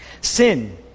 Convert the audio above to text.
Sin